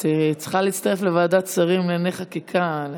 את צריכה להצטרף לוועדת שרים לענייני חקיקה.